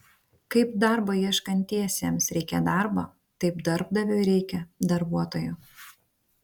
kaip darbo ieškantiesiems reikia darbo taip darbdaviui reikia darbuotojų